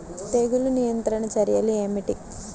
తెగులు నియంత్రణ చర్యలు ఏమిటి?